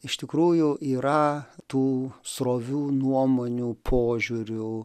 iš tikrųjų yra tų srovių nuomonių požiūrių